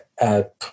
app